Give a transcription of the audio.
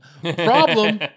problem